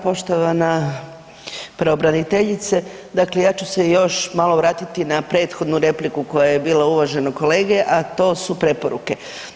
Poštovana pravobraniteljice, dakle ja ću se još malo vratiti na prethodnu repliku koja je bila uvaženog kolege, a to su preporuke.